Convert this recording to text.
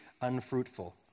unfruitful